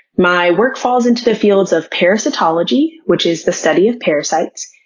my work falls into the fields of parasitology, which is the study of parasites,